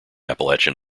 appalachian